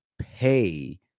pay